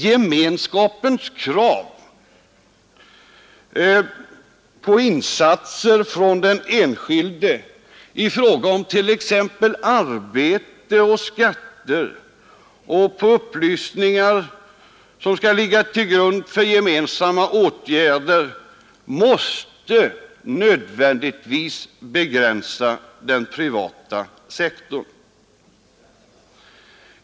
Gemenskapens krav på insatser från den enskilde i fråga om t.ex. arbete och skatter och upplysningar som skall ligga till grund för gemensamma åtgärder måste nödvändigtvis begränsa den privata sektorn.